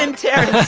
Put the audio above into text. and terris